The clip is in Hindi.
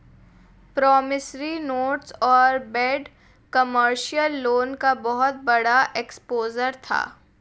प्रॉमिसरी नोट्स और बैड कमर्शियल लोन का बहुत बड़ा एक्सपोजर था